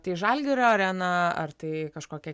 tai žalgirio arena ar tai kažkokia kita vieta